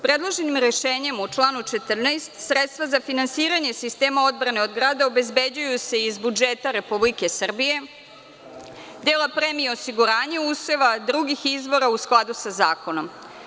Predloženim rešenjem u članu 14. sredstva za finansiranje sistema odbrane od grada obezbeđuju se iz budžeta Republike Srbije, dela premije osiguranja useva, drugih izvora u skladu sa zakonom.